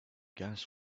gas